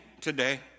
today